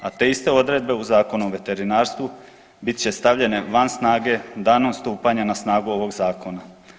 A te iste odredbe u Zakonu o veterinarstvu bit će stavljene van snage danom stupanja na snagu ovog zakona.